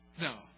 no